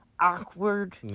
awkward